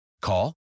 Call